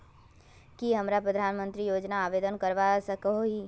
की हमरा प्रधानमंत्री योजना आवेदन करवा सकोही?